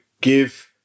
give